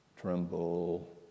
tremble